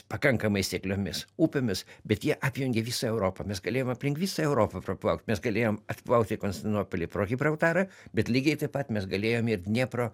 pakankamai sekliomis upėmis bet jie apjungė visą europą mes galėjome aplink visą europą praplaukt mes galėjom atplaukt į konstantinopolį pro gibraltarą bet lygiai taip pat mes galėjome ir dniepro